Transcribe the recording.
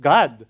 God